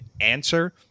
answer